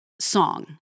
song